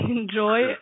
enjoy